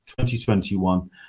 2021